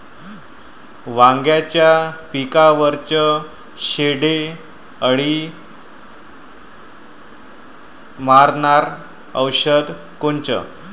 वांग्याच्या पिकावरचं शेंडे अळी मारनारं औषध कोनचं?